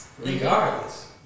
Regardless